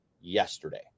yesterday